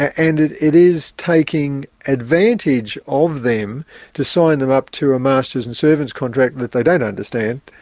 and it it is taking advantage of them to sign them up to a masters and servants contract that they don't understand.